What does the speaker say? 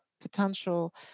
potential